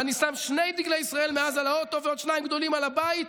ואני שם שני דגלי ישראל מאז על האוטו ועוד שניים גדולים על הבית,